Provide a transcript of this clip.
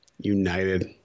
United